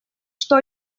что